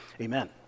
amen